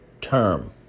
term